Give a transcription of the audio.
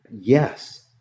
Yes